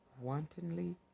wantonly